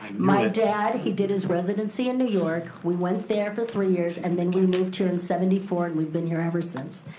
my dad, he did his residency in new york, we went there for three years and then we moved here in seventy four and we've been here ever since.